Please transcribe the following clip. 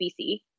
BC